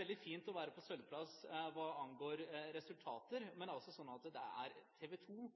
veldig fint å være på sølvplass hva angår resultater, men det er sånn at det er